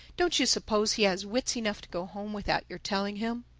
don't you suppose he has wits enough to go home without your telling him?